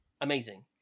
Amazing